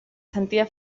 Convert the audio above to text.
sentia